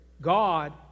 God